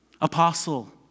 apostle